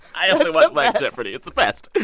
i only watch black jeopardy it's the best it's